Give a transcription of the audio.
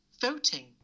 voting